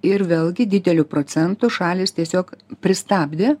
ir vėlgi dideliu procentu šalys tiesiog pristabdė